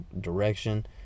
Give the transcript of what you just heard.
direction